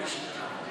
על המועמדות שלך.